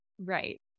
right